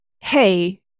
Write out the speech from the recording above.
hey